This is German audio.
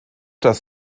das